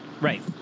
Right